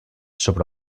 sobre